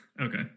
okay